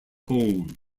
home